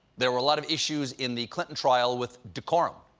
there were a lot of issues in the clinton trial with decorum.